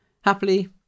Happily